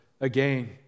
again